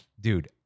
Dude